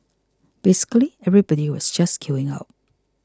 basically everybody was just queuing up